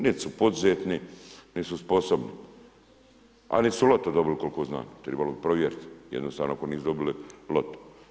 Niti su poduzetni, niti su sposobni, a niti su loto dobili koliko znam, trebalo bi provjeriti, jednostavno ako nisu dobili loto.